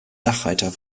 dachreiter